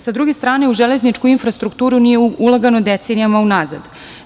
Sa druge strane, u železničku infrastrukturu nije ulagano decenijama unazad.